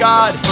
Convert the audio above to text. God